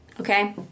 Okay